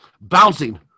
bouncing